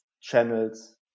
channels